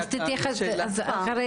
לשאלתך,